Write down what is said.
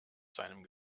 seinem